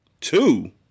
Two